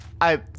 I-